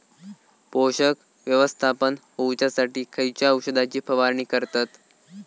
पोषक व्यवस्थापन होऊच्यासाठी खयच्या औषधाची फवारणी करतत?